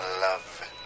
love